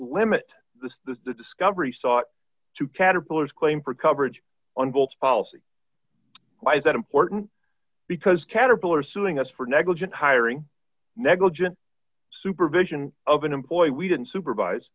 limit the discovery sought to caterpillar's claim for coverage on bolt's policy why is that important because caterpillar suing us for negligent hiring negligent supervision of an employee we didn't supervise